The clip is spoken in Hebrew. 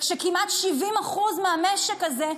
כשכמעט 70% מהמשק הזה,